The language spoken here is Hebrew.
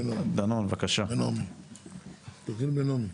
לא, תתחיל עם נעמי.